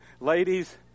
ladies